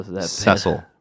Cecil